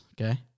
okay